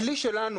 הכלי שלנו,